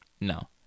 no